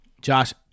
Josh